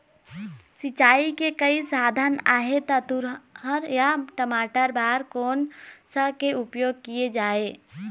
सिचाई के कई साधन आहे ता तुंहर या टमाटर बार कोन सा के उपयोग किए जाए?